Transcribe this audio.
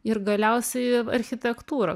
ir galiausiai architektūrą